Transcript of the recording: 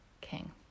King